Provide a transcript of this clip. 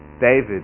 David